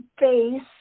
face